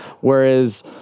Whereas